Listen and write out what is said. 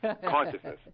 Consciousness